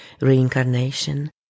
reincarnation